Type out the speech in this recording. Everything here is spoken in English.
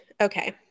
Okay